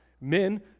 men